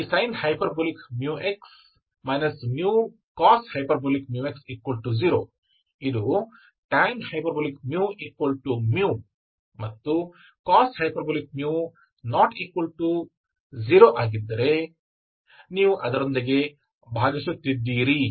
ಆದ್ದರಿಂದ ಈ sin hμx μ cosh μx 0 ಇದು tanh μ μ ಮತ್ತು cosh μx ≠ 0 ಆಗಿದ್ದರೆ ನೀವು ಅದರೊಂದಿಗೆ ಭಾಗಿಸುತ್ತಿದ್ದೀರಿ